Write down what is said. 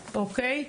אוקיי.